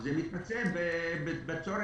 זה מתבטא בצורך